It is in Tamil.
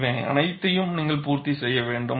இவை அனைத்தையும் நீங்கள் பூர்த்தி செய்ய வேண்டும்